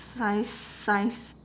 science science